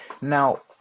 Now